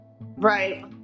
Right